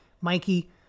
Mikey